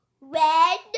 red